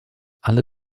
alle